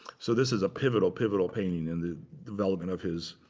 so this is a pivotal, pivotal painting in the development of his,